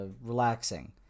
relaxing